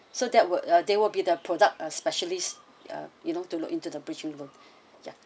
so that they will be the product uh specialist uh you know to look into the bridging loan ya